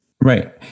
right